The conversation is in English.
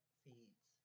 feeds